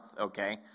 okay